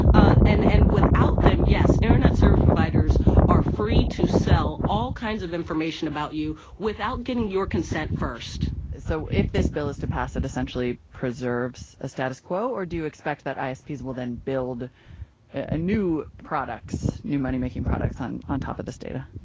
ah and and without them, yes, internet service providers are free to sell all kinds of information about you without getting your consent first so, if this bill is to pass it essentially preserves a status quo or do you expect that isps will then build ah new products, new moneymaking products, on on top of this data?